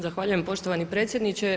Zahvaljujem poštovani predsjedniče.